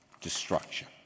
destruction